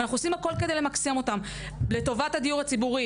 ואנחנו עושים הרבה מאוד כדי למקסם אותם לטובת הדיור הציבורי,